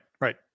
Right